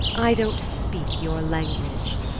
i don't speak your language,